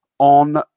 on